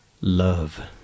Love